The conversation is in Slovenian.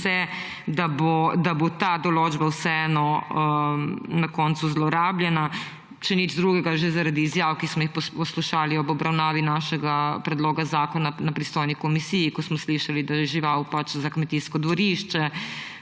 da bo ta določba vseeno na koncu zlorabljena. Če nič drugega, že zaradi izjav, ki smo jih poslušali ob obravnavi našega predloga zakona na pristojni komisiji, ko smo slišali, da je žival pač za kmetijsko dvorišče,